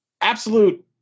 absolute